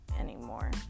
anymore